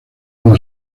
una